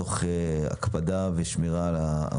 יוקר המחיה תוך הקפדה על שמירת ההוראות.